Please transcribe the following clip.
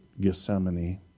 Gethsemane